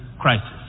crisis